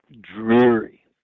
dreary